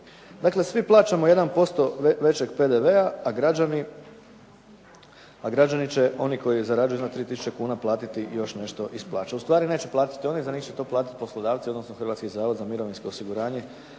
Dakle, svi plaćamo 1% većeg PDV-a, a građani će, oni koji zarađuju iznad 3 000 kuna platiti još nešto iz plaće, ustvari neće platiti oni, za njih će to platiti poslodavci, odnosno Hrvatski zavod za mirovinsko osiguranje